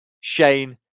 Shane